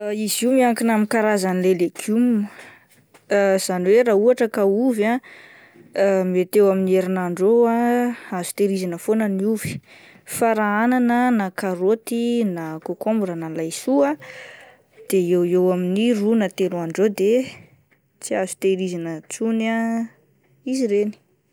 Izy io miankina amin'ny karazan'ilay legioma izany hoe raha ohatra ka ovy mety eo amin'ny herinandro eo ah azo tehirizina foana ny ovy ,fa raha anana na karoty na kokombra na laiso ah de eo eo amin'ny roa na telo andro eo de tsy azo tehirizina intsony ah izy ireny.